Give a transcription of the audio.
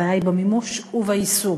הבעיה היא במימוש וביישום.